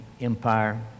empire